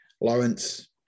Lawrence